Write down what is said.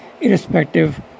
irrespective